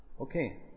Okay